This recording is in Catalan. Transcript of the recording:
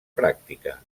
pràctica